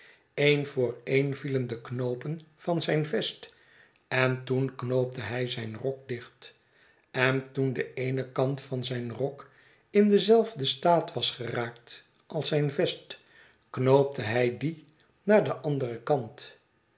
een voor een vielen de knoopen van zijn vest en toen knoopte hij zijn rok dicht en toen de eene kant van zijn rok in denzelfden staat was geraakt als zijn vest knoopte hij dien naar den anderen kant